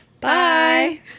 Bye